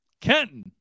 Kenton